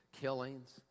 killings